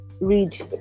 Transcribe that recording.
read